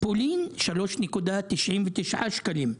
פולין 3.99 שקלים,